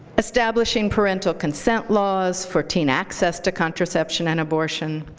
establishing parental consent laws for teen access to contraception and abortion,